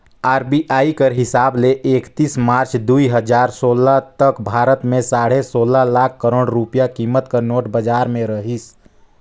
RBI कर हिसाब ले एकतीस मार्च दुई हजार सोला तक भारत में साढ़े सोला लाख करोड़ रूपिया कीमत कर नोट बजार में रहिस